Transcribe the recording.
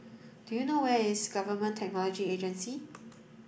do you know where is Government Technology Agency